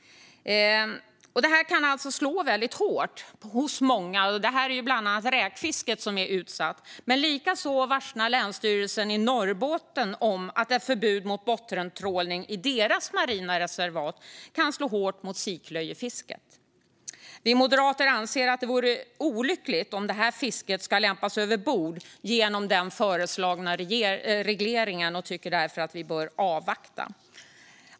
Den här kan alltså slå väldigt hårt mot många. Räkfisket är utsatt, men Länsstyrelsen Norrbotten varslar också om att ett förbud mot bottentrålning i deras marina reservat kan slå hårt mot siklöjefisket. Vi moderater anser att det vore olyckligt om det här fisket skulle lämpas över bord genom den föreslagna regleringen. Vi tycker att man bör avvakta.